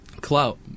clout